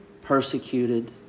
persecuted